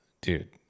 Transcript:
dude